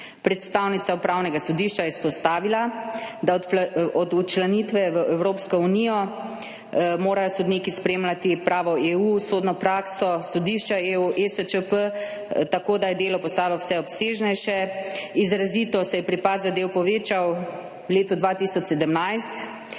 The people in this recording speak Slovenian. Predstavnica Upravnega sodišča je izpostavila, da morajo od včlanitve v Evropsko unijo sodniki spremljati pravo EU, sodno prakso sodišča EU, ESČP, tako da je delo postalo vse obsežnejše, izrazito se je pripad zadev povečal v letu 2017